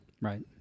Right